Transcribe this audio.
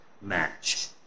match